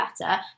better